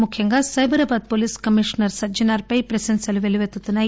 ముఖ్యంగా Cyberabad police commissioner Sajjanar పై ప్రకంసలు వెల్లువెత్తుతున్నాయి